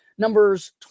Numbers